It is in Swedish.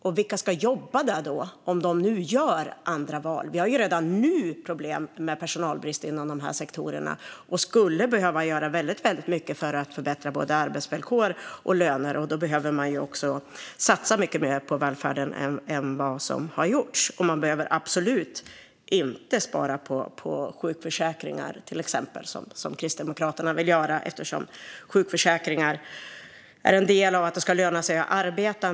Och vilka ska jobba där, om de nu gör andra val? Vi har ju redan nu problem med personalbrist inom de här sektorerna och skulle behöva göra väldigt mycket för att förbättra både arbetsvillkor och löner. Då behöver man också satsa mycket mer på välfärden än vad som har gjorts. Man behöver absolut inte spara på sjukförsäkringar, till exempel, som Kristdemokraterna vill göra, eftersom sjukförsäkringar är en del av att det ska löna sig att arbeta.